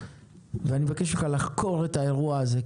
אני מבקש ממך לחקור את האירוע הזה,